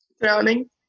Drowning